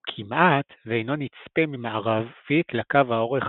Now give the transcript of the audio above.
הוא כמעט ואינו נצפה ממערבית לקו האורך